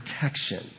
protection